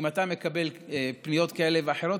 אם אתה מקבל פניות כאלה ואחרות,